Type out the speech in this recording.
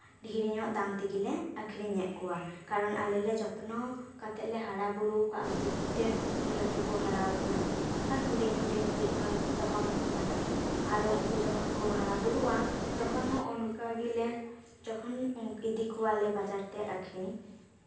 ᱰᱷᱮᱨ ᱧᱚᱜ ᱫᱟᱢ ᱛᱮᱜᱮᱞᱮ ᱟᱠᱷᱨᱤᱧᱮᱜ ᱠᱚᱣᱟ ᱠᱟᱨᱚᱱ ᱟᱞᱮ ᱞᱮ ᱡᱚᱛᱱᱚ ᱠᱟᱛᱮᱜ ᱞᱮ ᱦᱟᱨᱟᱵᱩᱨᱩ ᱠᱟᱜ ᱛᱮᱜᱮ ᱛᱮ ᱱᱩᱱ ᱞᱟᱹᱴᱩ ᱦᱟᱨᱟᱣ ᱠᱟᱱᱟ ᱟᱨ ᱦᱩᱰᱤᱧ ᱦᱩᱰᱤᱧ ᱠᱚᱡ ᱫᱚ ᱫᱚᱦᱚ ᱠᱟᱠᱚ ᱠᱟᱱᱟ ᱟᱨᱚ ᱩᱱᱠᱩ ᱡᱚᱠᱷᱚᱱ ᱠᱚ ᱦᱟᱨᱟᱵᱩᱨᱩᱜᱼᱟ ᱛᱚᱠᱷᱚᱱ ᱦᱚᱸ ᱛᱯᱠᱷᱚᱱ ᱦᱚᱸ ᱚᱱᱠᱟ ᱜᱮᱞᱮ ᱡᱚᱠᱷᱚᱱ ᱤᱫᱤ ᱠᱚᱣᱟᱞᱮ ᱵᱟᱡᱟᱨ ᱛᱮ ᱟᱠᱷᱨᱤᱧ